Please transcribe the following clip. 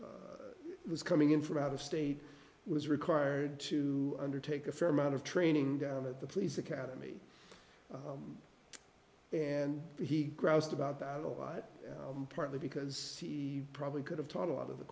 i was coming in from out of state was required to undertake a fair amount of training at the police academy and he groused about that a lot partly because he probably could have taught a lot of the